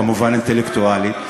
כמובן אינטלקטואלי,